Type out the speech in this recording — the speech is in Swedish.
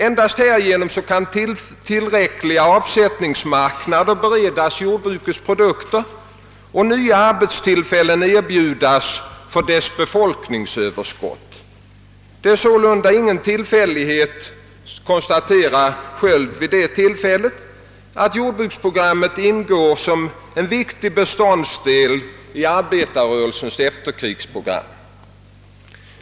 Endast härigenom kan tillräckliga avsättningsmarknader beredas jordbrukets produkter och nya arbetstillfällen erbjudas för dess befolkningsöverskott.» Det är sålunda ingen tillfällighet, konstaterar herr Sköld vid det tillfället, att jordbruksprogrammet ingår som en viktig beståndsdel i arbetarrörelsens efterkrigsprogram.